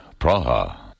Praha